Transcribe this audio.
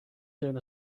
soon